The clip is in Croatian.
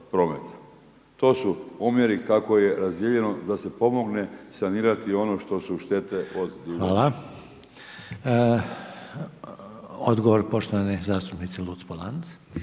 To su omjeri kako je razdijeljeno da se pomogne sanirati ono što su štete od divljači. **Reiner, Željko (HDZ)** Hvala. Odgovor poštovane zastupnice Luc-Polanc.